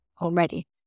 already